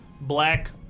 black